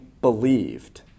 believed